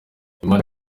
imana